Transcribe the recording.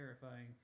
terrifying